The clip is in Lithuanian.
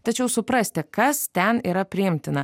tačiau suprasti kas ten yra priimtina